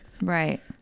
Right